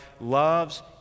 loves